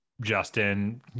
Justin